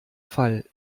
fall